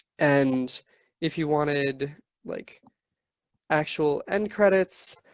and if you wanted like actual end credits,